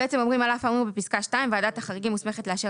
על אף האמור בפסקה (2) ועדת החריגים מוסמכת לאשר